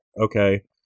okay